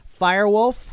Firewolf